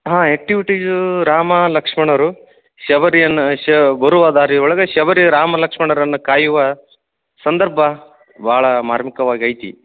ಹಾಂ ಆ್ಯಕ್ಟಿವಿಟೀಸ್ ರಾಮ ಲಕ್ಷಣರು ಶಬರಿಯನ್ನ ಶ ಬರುವ ದಾರಿಯೊಳಗ ಶಬರಿ ರಾಮ ಲಕ್ಷಣರನ್ನ ಕಾಯುವ ಸಂದರ್ಭ ಭಾಳ ಮಾರ್ಮಿಕವಾಗಿ ಐತಿ